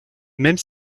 même